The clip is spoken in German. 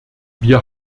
wir